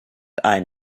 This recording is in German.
ein